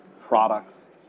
products